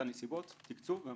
בנסיבות תקצוב.